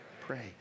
Pray